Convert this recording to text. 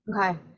Okay